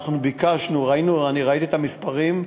אני ראיתי את המספרים: